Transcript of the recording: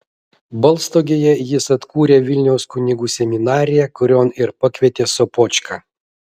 balstogėje jis atkūrė vilniaus kunigų seminariją kurion ir pakvietė sopočką